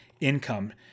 income